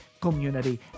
community